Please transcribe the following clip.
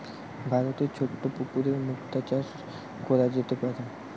ভারতে ছোট পুকুরেও মুক্তা চাষ কোরা যেতে পারে